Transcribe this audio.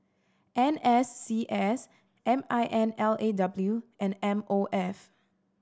N S C S M I N L A W and M O F